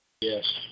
Yes